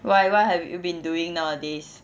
why what have you been doing nowadays